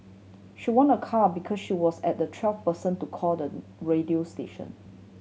she won a car because she was as the twelfth person to call the radio station